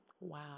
Wow